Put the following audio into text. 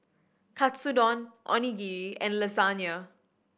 Katsudon Onigiri and Lasagna